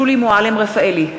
שולי מועלם-רפאלי,